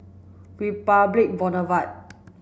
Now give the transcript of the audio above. Republic Boulevard